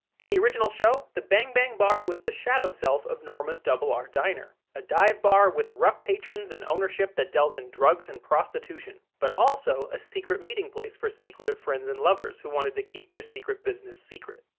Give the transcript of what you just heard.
in the original show, the bang bang bar was the shadow self of norma's ah rr diner, a dive bar with rough patrons and ownership that dealt in drugs and prostitution, but also a secret meeting place for secretive friends and lovers who wanted to keep their secret business secret,